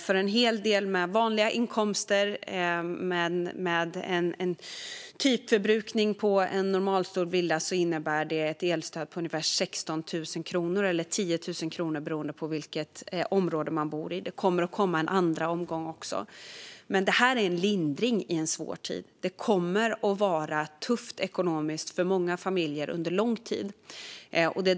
För en hel del människor med vanliga inkomster och med en typförbrukning för en normalstor villa innebär det ett elstöd på ungefär 16 000 kronor eller 10 000 kronor, beroende på vilket område man bor i. Det kommer att komma en andra omgång också, men det här är en lindring i en svår tid. Det kommer att vara tufft ekonomiskt för många familjer under lång tid.